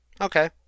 Okay